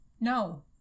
no